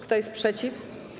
Kto jest przeciw?